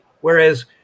Whereas